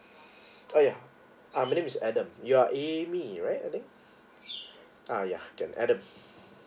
oh yeah uh my name is adam you are amy right adam uh yeah can adam